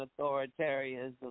authoritarianism